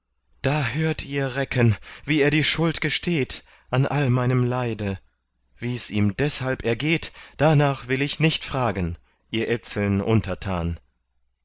da hört ihr recken wie er die schuld gesteht an all meinem leide wie's ihm deshalb ergeht darnach will ich nicht fragen ihr etzeln untertan